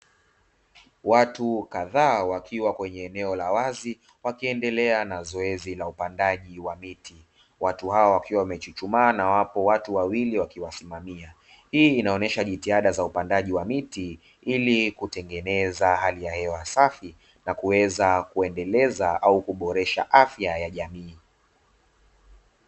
Watu kadhaa wakiwa kwenye eneo la wazi wakiendelea na zoezi la upandaji wa miti, watu hawa wakiwa wamechuchumaa na wapo watu wawili wakiwasimamia. Hii inaonyesha jitihada za upandaji wa miti, ili kutengeneza hali ya hewa safi na kuweza kuendeleza au kuboresha afya ya jamii.